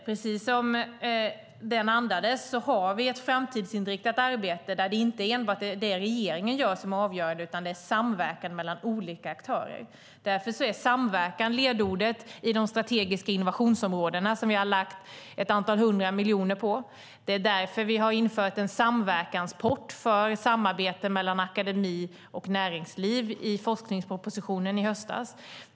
Precis som den andades har vi ett framtidsinriktat arbete där inte enbart det som regeringen gör är avgörande utan även samverkan mellan olika aktörer. Därför är samverkan ledordet i de strategiska innovationsområden som vi har lagt ett antal hundra miljoner på. Det är därför vi införde en samverkanspott för samarbete mellan akademi och näringsliv i forskningspropositionen i höstas.